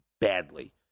badly